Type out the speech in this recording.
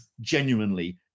genuinely